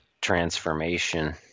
transformation